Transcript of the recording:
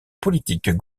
politique